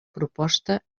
proposta